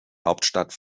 hauptstadt